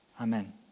Amen